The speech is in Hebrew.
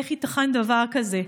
איך ייתכן דבר כזה?